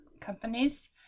companies